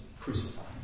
crucified